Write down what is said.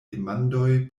demandoj